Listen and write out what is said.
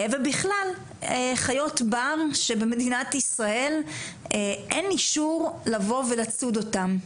ובכלל חיות בר שבמדינת ישראל אין אישור לבוא ולצוד אותן.